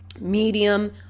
medium